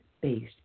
based